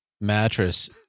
mattress